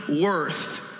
worth